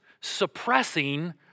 suppressing